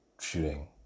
shooting